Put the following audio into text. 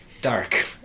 Dark